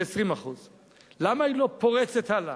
20%. למה היא לא פורצת הלאה?